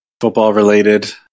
football-related